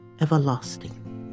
everlasting